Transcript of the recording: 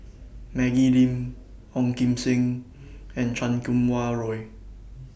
Maggie Lim Ong Kim Seng and Chan Kum Wah Roy